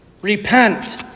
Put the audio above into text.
Repent